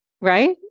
right